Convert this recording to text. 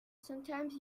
sometimes